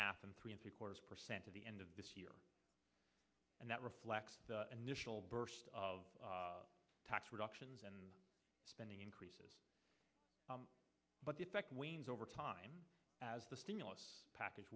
half and three quarters percent to the end of this year and that reflects the initial burst of tax reductions and spending increases but the effect wanes over time as the stimulus package